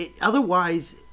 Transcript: otherwise